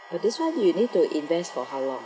but this one you need to invest for how long